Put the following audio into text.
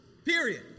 Period